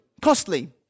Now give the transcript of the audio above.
Costly